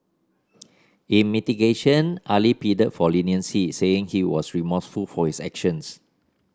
in mitigation Ali pleaded for leniency saying he was remorseful for his actions